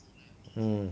mm